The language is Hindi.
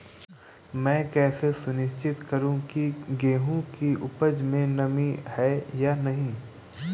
मैं कैसे सुनिश्चित करूँ की गेहूँ की उपज में नमी है या नहीं?